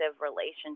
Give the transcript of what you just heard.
relationship